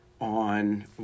on